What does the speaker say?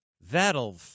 That'll